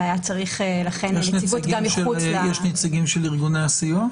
ולכן היה צריך נציגות גם מחוץ --- יש נציגים של ארגוני הסיוע?